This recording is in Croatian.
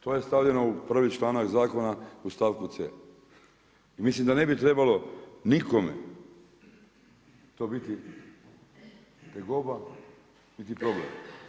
To je stavljeno u prvi članak zakona u stavku c. I mislim da ne bi trebalo nikome to biti tegoba niti problem.